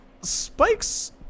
Spike's